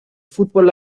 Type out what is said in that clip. fútbol